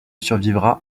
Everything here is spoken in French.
survivra